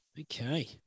Okay